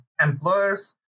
employers